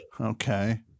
Okay